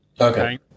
Okay